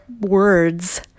words